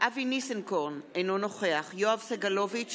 אבי ניסנקורן, אינו נוכח